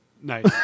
Nice